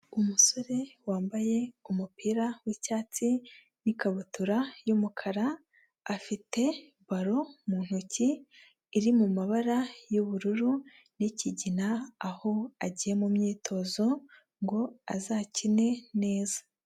Umusore wambaye umupira wicyatsi n'ikabutura y'umukara, afite baro mu ntoki, iri mu mabara y'ubururu n'ikigina, aho agiye mu myitozo ngo azakine neza.